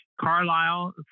Carlisle